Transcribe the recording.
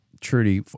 Trudy